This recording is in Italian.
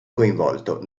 coinvolto